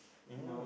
no